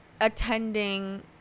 attending